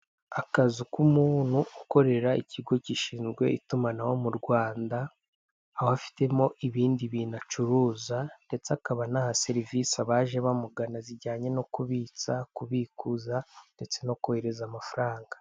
Akazu k'umuntu ukorera ikigo gishinzwe itumanaho mu Rwanda, aho afitemo ibindi bintu acuruza ndetse akaba anaha serivisi abaje bamugana zijyanye no kubitsa, kubikuza ndetse no kohereza amafaranga.